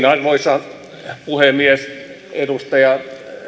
arvoisa puhemies edustaja